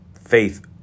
faith